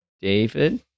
David